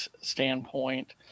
standpoint